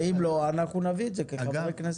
ואם לא אנחנו נביא את זה כחברי כנסת.